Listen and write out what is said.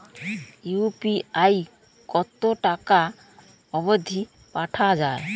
UPI কতো টাকা অব্দি পাঠা যায়?